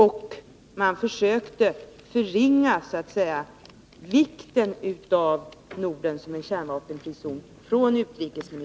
Utrikesministern försökte förringa vikten av Norden som en kärnvapenfri zon.